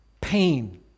pain